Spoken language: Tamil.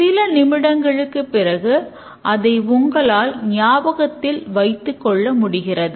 சில நிமிடங்களுக்குப் பிறகு அதை உங்களால் ஞாபகத்தில் வைத்துக்கொள்ள முடிகிறது